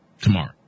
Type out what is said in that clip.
tomorrow